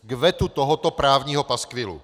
K vetu tohoto právního paskvilu!